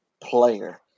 player